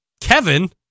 Kevin